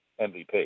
MVP